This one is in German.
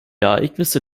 ereignisse